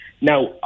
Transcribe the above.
Now